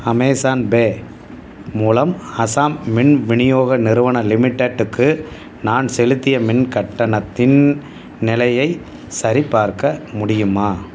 Amazon pay மூலம் அஸ்ஸாம் மின் விநியோக நிறுவனம் லிமிட்டெட்டுக்கு நான் செலுத்திய மின் கட்டணத்தின் நிலையைச் சரிபார்க்க முடியுமா